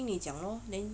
你讲咯